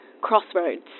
crossroads